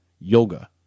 yoga